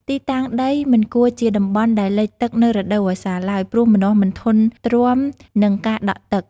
ទីតាំងដីមិនគួរជាតំបន់ដែលលិចទឹកនៅរដូវវស្សាឡើយ ព្រោះម្នាស់មិនធន់ទ្រាំនឹងការដក់ទឹក។